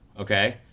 okay